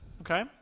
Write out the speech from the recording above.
Okay